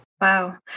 Wow